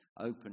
open